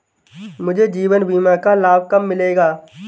मुझे जीवन बीमा का लाभ कब मिलेगा?